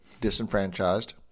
disenfranchised